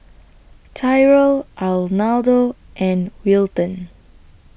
Tyrel Arnoldo and Wilton